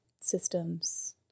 systems